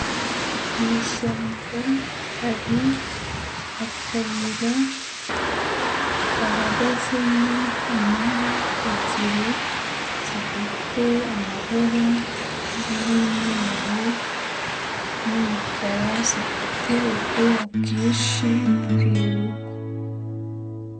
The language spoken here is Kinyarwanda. Mu ishyamba hari akayira kahagazemo impara ebyiri, zifite amabara y'umweru n'umukara, zifite ubwoya bwinshi ku irugu.